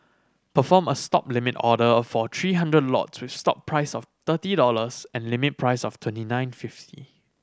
perform a Stop limit order for three hundred lots with stop price of thirty dollars and limit price of twenty nine fifty